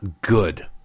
good